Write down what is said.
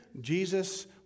Jesus